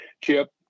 Chip